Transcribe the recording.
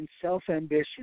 self-ambition